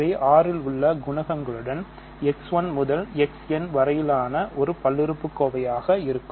இவை R இல் உள்ள குணகங்களுடன் X 1 முதல் X n வரையிலான பல்லுறுப்புக்கோவைகளாக இருக்கும்